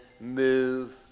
move